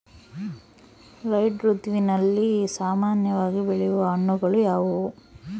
ಝೈಧ್ ಋತುವಿನಲ್ಲಿ ಸಾಮಾನ್ಯವಾಗಿ ಬೆಳೆಯುವ ಹಣ್ಣುಗಳು ಯಾವುವು?